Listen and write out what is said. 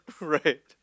Right